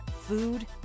food